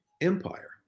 empire